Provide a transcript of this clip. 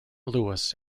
louis